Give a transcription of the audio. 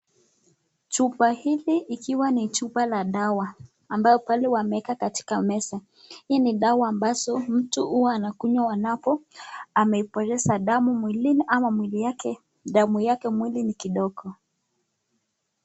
Chupa hili ikiwa ni chupa la dawa ambayo pale wameweka katika meza, hii ni dawa ambazo mtu huwa anakunywa anapo amepoteza damu mwilini ama mwili yake damu yake mwili ni kidogo.